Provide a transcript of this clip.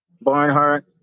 Barnhart